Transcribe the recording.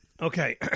Okay